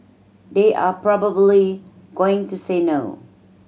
they are probably going to say no